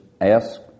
ask